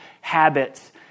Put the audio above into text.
habits